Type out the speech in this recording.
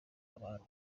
abantu